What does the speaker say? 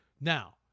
Now